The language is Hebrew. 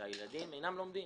הילדים אינם לומדים.